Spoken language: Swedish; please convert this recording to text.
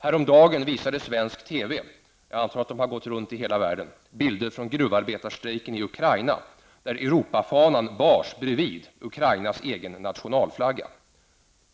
Häromdagen visades i svensk TV bilder -- jag antar att de har gått runt i hela världen -- från gruvarbetarstrejken i Ukraina, där Europafanan bars bredvid Ukrainas egen nationalflagga.